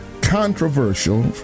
controversial